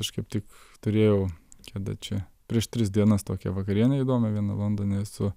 aš kaip tik turėjau kada čia prieš tris dienas tokią vakarienę įdomią vieną londone su